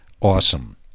awesome